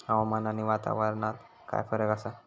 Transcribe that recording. हवामान आणि वातावरणात काय फरक असा?